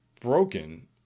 broken